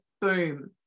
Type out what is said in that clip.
boom